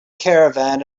caravan